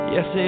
Yes